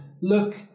look